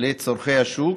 לצורכי השוק.